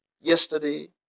yesterday